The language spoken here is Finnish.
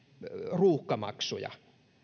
ruuhkamaksuja